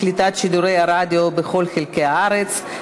קליטת שידורי הרדיו בכל חלקי הארץ),